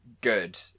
Good